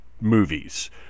movies